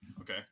Okay